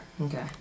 Okay